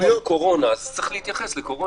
מדברים פה על קורונה, אז צריך להתייחס לקורונה.